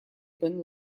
бен